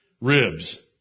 ribs